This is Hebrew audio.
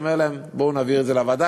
אומר להם: בואו נעביר את זה לוועדה,